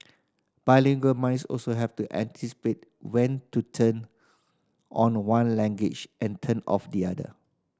bilingual minds also have to anticipate when to turn on one language and turn off the other